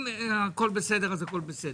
אם הכול בסדר, אז הכול בסדר.